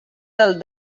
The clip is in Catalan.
del